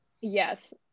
yes